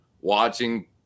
watching